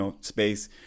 space